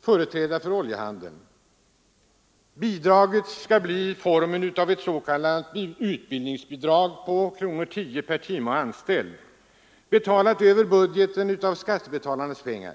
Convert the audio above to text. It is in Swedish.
företrädare för oljehandeln. Bidraget skall få formen av ett s.k. utbildningsbidrag på 10 kronor per timme och anställd, betalat över budgeten av skattebetalarnas pengar.